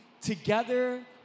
together